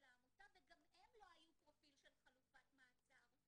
העמותה וגם הן לא היו פרופיל של חלופת מעצר.